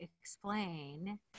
explain